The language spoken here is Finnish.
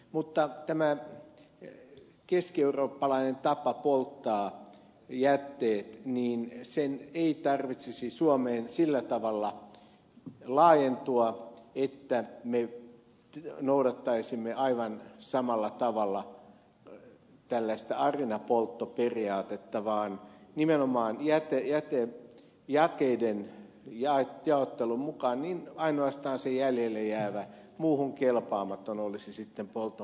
mutta tämä keskieurooppalainen tapa polttaa jätteet sen ei tarvitsisi suomeen sillä tavalla laajentua että me noudattaisimme aivan samalla tavalla tällaista arinapolttoperiaatetta vaan nimenomaan jätejakeiden jaottelun mukaan ainoastaan se jäljelle jäävä muuhun kelpaamaton olisi sitten polton kohteena